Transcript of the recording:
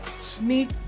sneak